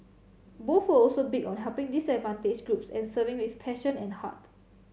both were also big on helping disadvantaged groups and serving with passion and heart